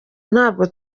ntabwo